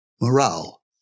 morale